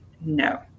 No